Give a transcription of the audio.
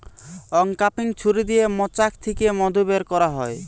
uncapping ছুরি দিয়ে মৌচাক থিকে মধু বের কোরা হয়